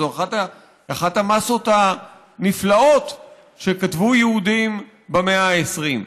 זו אחת המסות הנפלאות שכתבו יהודים במאה ה-20.